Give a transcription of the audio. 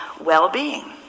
well-being